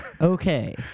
okay